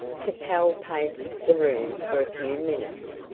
capel paced the room for a few minutes.